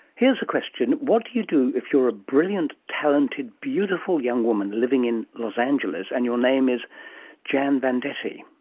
here's a question what do you do if you are a brilliant, talented, and beautiful young woman living in los angeles and your name is jann vendetti?